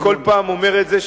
אני כל פעם אומר את זה,